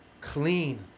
clean